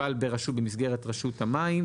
תפעל במסגרת רשות המים,